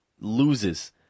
loses